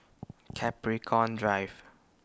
Capricorn Drive